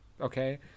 okay